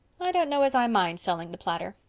i don't know as i mind selling the platter.